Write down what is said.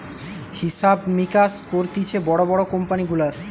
হিসাব মিকাস করতিছে বড় বড় কোম্পানি গুলার